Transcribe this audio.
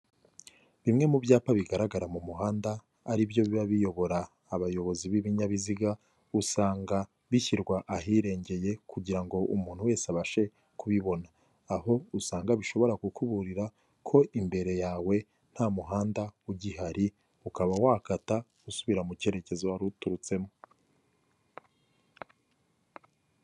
Bimwe mu byapa bigaragara mu muhanda ari byo biba biyobora abayobozi b'ibinyabiziga usanga bishyirwa ahirengeye kugira ngo umuntu wese abashe kubibona, aho usanga bishobora kukuburira ko imbere yawe nta muhanda ugihari, ukaba wakata usubira mu cyerekezo wari uturutsemo.